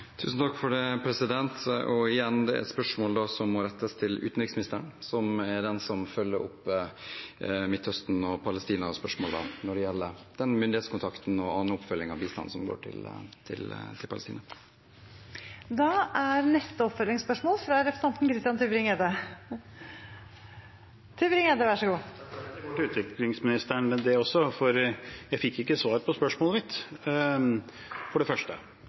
Det er igjen et spørsmål som må rettes til utenriksministeren, som er den som følger opp Midtøsten- og Palestina-spørsmålene når det gjelder den myndighetskontakten og annen oppfølging av bistand som går til Palestina. Christian Tybring-Gjedde – til oppfølgingsspørsmål. Jeg fikk ikke svar på det forrige spørsmålet mitt. For det første: Mener utviklingsministeren at han har et ansvar for